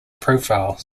profile